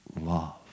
love